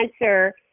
answer